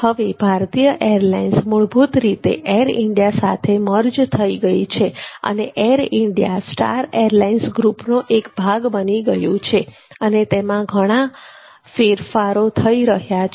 હવે ભારતીય એરલાઇન્સ મુળભુત રીતે એર ઇન્ડિયા સાથે મર્જર થઈ ગઈ છે અને એરઇન્ડિયા સ્ટાર એરલાઇન્સ ગ્રુપનો એક ભાગ બની ગયું છે અને તેમાં ઘણા ફેરફારો થઈ રહ્યા છે